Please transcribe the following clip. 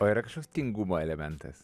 o yra kažkoks tingumo elementas